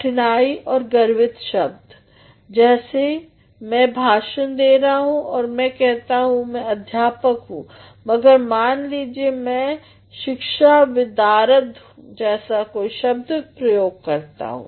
कठिन और गर्वित शब्द जैसे मै अभी भाषण दे रहा हूँ और मै कहता हूँ कि मै अध्यापक हूँ मगर मान लीजिये मैं शिक्षाविशारद जैसा कोई शब्द प्रयोग करता हूँ